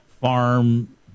Farm